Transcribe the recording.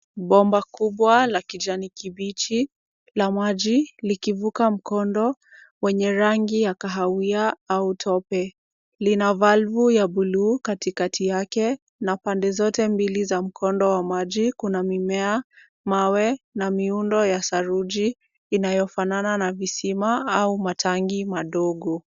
Bomba kubwa la kijani kibichi la maji likivuka mkondo wenye rangi ya kahawia au tope. Lina valvu ya bluu katikati yake na pande zote mbili za mkondo ya maji kuna mimea, mawe na miundo ya saruji inayofanana na visima au matanki madogo.